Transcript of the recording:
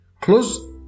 Close